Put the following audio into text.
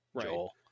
Joel